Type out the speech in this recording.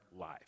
life